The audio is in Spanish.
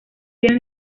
tiene